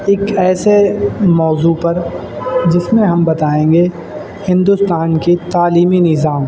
اک ایسے موضوع پر جس میں ہم بتائیں گے ہندوستان کے تعلیمی نظام